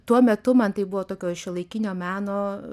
tuo metu man tai buvo tokio šiuolaikinio meno